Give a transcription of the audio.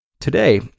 Today